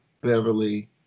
Beverly